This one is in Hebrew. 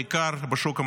בעיקר בשוק המזון.